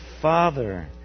Father